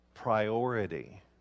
priority